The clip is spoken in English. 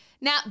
Now